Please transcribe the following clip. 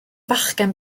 fachgen